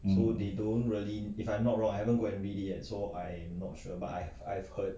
hmm